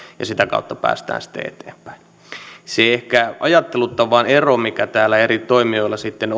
ja sitä kautta päästään sitten eteenpäin se ehkä ajattelutavan ero mikä täällä eri toimijoilla sitten